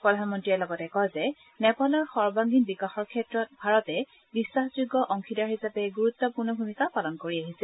প্ৰধানমন্ত্ৰীয়ে লগতে কয় যে নেপালৰ সংৰ্বাঙ্গীন বিকাশৰ ক্ষেত্ৰত ভাৰতে বিশ্বাসযোগ্য অংশীদাৰ হিচাপে গুৰুত্বপূৰ্ণ ভূমিকা পালন কৰি আহিছে